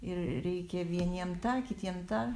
ir reikia vieniem tai kitiem tą